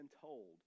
told